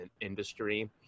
industry